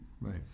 Right